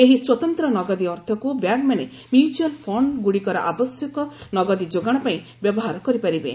ଏହି ସ୍ୱତନ୍ତ୍ର ନଗଦୀ ଅର୍ଥକୁ ବ୍ୟାଙ୍କମାନେ ମ୍ୟୁଚାଲଫଣ୍ଡ ଗୁଡ଼ିକର ଆବଶ୍ୟକ ନଗଦୀ ଯୋଗାଣ ପାଇଁ ବ୍ୟବହାର କରିପାରିବେ